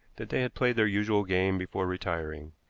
that they had played their usual game before retiring.